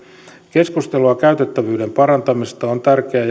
keskustelua käytettävyyden parantamisesta on tärkeä jatkaa eun piirissä ja